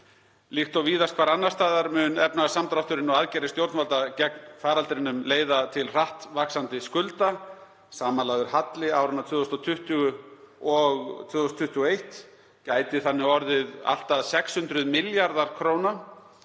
Líkt og víðast hvar annars staðar mun efnahagssamdrátturinn og aðgerðir stjórnvalda gegn faraldrinum leiða til hratt vaxandi skulda. Samanlagður halli áranna 2020 og 2021 gæti þannig orðið um 600 milljarðar kr.